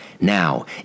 Now